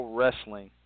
Wrestling